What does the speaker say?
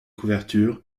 couvertures